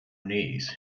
knees